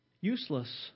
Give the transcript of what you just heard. useless